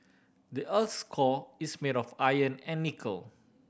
the earth core is made of iron and nickel